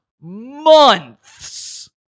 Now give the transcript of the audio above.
months